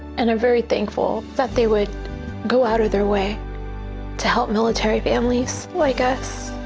and i'm very thankful that they would go out of their way to help military families like us.